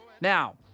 Now